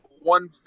one